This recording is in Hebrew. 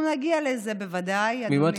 אנחנו נגיע לזה, בוודאי, אדוני.